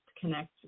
connect